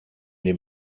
dem